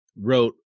wrote